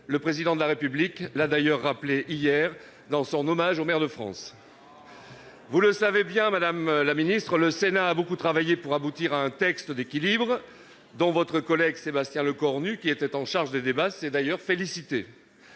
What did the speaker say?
Le Président de la République l'a d'ailleurs rappelé hier dans son hommage aux maires de France. Vous le savez bien, madame la ministre, le Sénat a beaucoup travaillé pour aboutir à un texte d'équilibre, ce dont votre collègue Sébastien Lecornu, qui était chargé de représenter le